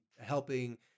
helping